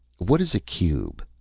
what is a cube?